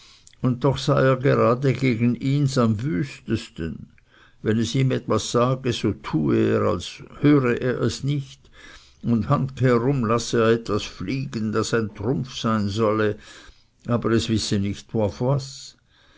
und doch sei er gerade gegen ihns am wüstesten wenn es ihm etwas sage so tue er als höre er es nicht und handkehrum lasse er etwas fliegen das ein trumpf sein solle aber es wisse nicht